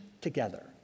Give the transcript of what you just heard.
together